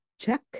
check